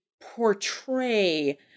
portray